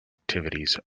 activities